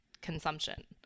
consumption